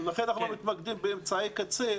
לכן אנחנו מתמקדים באמצעי קצה.